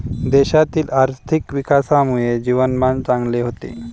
देशातील आर्थिक विकासामुळे जीवनमान चांगले होते